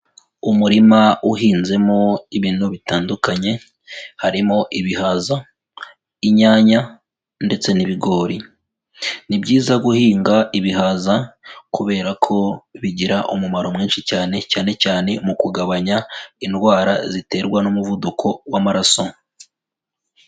Umurima uhinzemo ibintu bitandukanye, harimo ibihaza, inyanya, ndetse n'ibigori, ni byiza guhinga ibihaza kubera ko bigira umumaro mwinshi cyane, cyane cyane mu kugabanya indwara ziterwa n'umuvuduko w'amaraso.